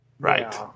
Right